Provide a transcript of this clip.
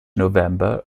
november